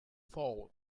foul